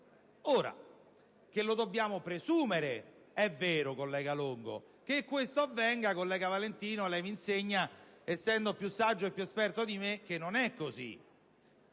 Che lo dobbiamo presumere, è vero, collega Longo; tuttavia, collega Valentino, lei m'insegna, essendo più saggio e più esperto di me, che ciò non